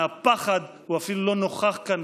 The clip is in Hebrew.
מהפחד הוא אפילו לא נוכח כאן,